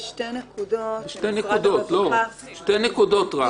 יש שתי נקודות -- רק בשתי נקודות.